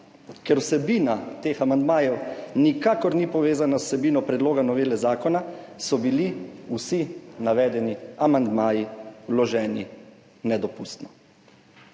Ker vsebina teh amandmajev nikakor ni povezana z vsebino predloga novele zakona, so bili vsi navedeni amandmaji vloženi nedopustno.